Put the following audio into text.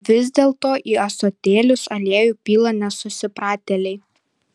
vis dėlto į ąsotėlius aliejų pila nesusipratėliai